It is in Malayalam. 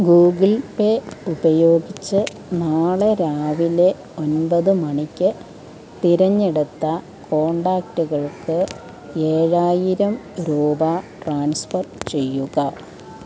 ഗൂഗിൾ പേ ഉപയോഗിച്ച് നാളെ രാവിലെ ഒൻമ്പത് മണിക്ക് തിരഞ്ഞെടുത്ത കോൺടാക്റ്റുകൾക്ക് ഏഴായിരം രൂപ ട്രാൻസ്ഫർ ചെയ്യുക